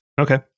Okay